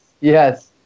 yes